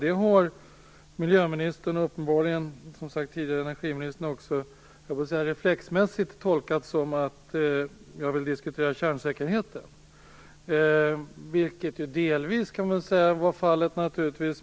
Det har miljöministern uppenbarligen, och även energiministern, reflexmässigt tolkat som att jag vill diskutera kärnsäkerheten, vilket delvis naturligtvis är fallet.